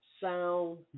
Sound